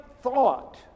thought